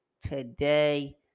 today